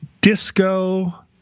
disco